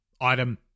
item